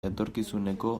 etorkizuneko